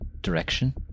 direction